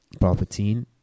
Palpatine